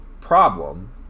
problem